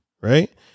Right